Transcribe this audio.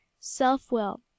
self-will